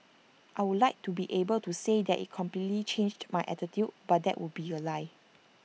I would like to be able to say that IT completely changed my attitude but that would be A lie